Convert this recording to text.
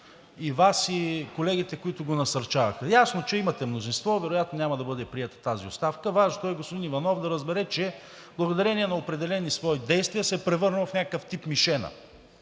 и Вас, и колегите, които го насърчавате. Ясно е, че имате мнозинство и вероятно тази оставка няма да бъде приета. Важното е господин Иванов да разбере, че благодарение на определени свои действия се превърна в някакъв тип мишена,